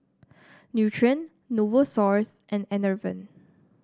Nutren Novosource and Enervon